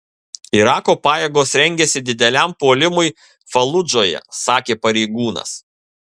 irako pajėgos rengiasi dideliam puolimui faludžoje sakė pareigūnas